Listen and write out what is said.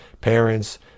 parents